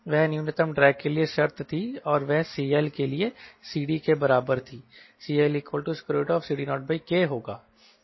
वह न्यूनतम ड्रैग के लिए शर्त थी और वह CL के लिए CD के बराबर थी CLCD0Kहोगा